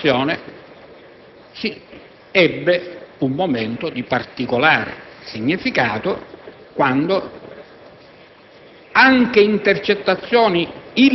Nell'ambito di tale situazione, si ebbe un momento di particolare significato quando